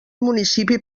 municipi